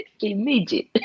immediate